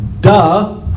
Duh